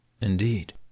Indeed